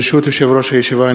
ברשות יושב-ראש הישיבה,